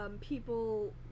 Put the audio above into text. people